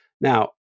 Now